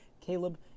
Caleb